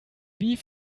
wie